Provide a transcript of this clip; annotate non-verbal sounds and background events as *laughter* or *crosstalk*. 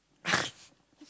*laughs*